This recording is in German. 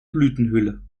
blütenhülle